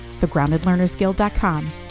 thegroundedlearnersguild.com